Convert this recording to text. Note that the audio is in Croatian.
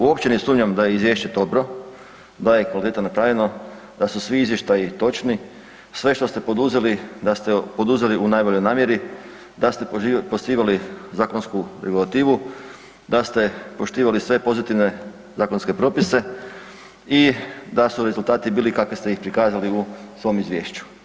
Uopće ne sumnjam da je izvješće dobro, da je kvalitetno napravljeno, da su svi izvještaji točni, sve što ste poduzeli da ste poduzeli u najboljoj namjeri, da ste poštivali zakonsku regulativu, da ste poštivali sve pozitivne zakonske propise i da su rezultati bili kakve ste ih prikazali u svom izvješću.